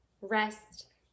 rest